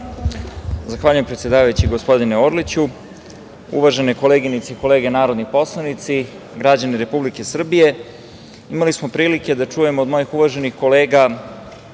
Zahvaljujem, predsedavajući, gospodine Orliću. Uvažene koleginice i kolege narodni poslanici, građani Republike Srbije, imali smo prilike da čujemo od mojih uvaženih kolega